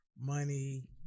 money